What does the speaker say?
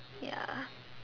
ya